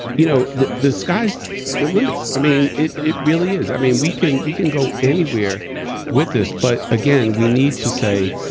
you know the the sky's the limit. i mean it it really is. i mean we can we can go anywhere with this. but again, we need to say,